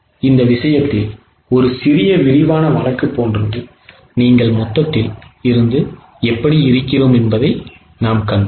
எனவே இந்த விஷயத்தில் ஒரு சிறிய விரிவான வழக்கு போன்றது நீங்கள் மொத்தத்தில் இருந்து எப்படி இருக்கிறோம் என்பதை நாம் கண்டோம்